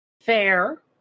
Fair